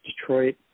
Detroit